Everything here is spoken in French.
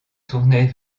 tournait